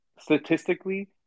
statistically